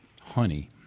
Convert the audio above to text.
honey